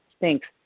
thanks